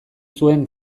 zuen